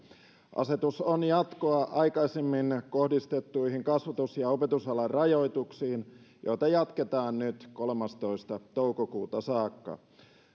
asetus on jatkoa aikaisemmin kohdistettuihin kasvatus ja opetusalan rajoituksiin joita jatketaan nyt kolmastoista toukokuuta saakka